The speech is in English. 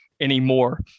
anymore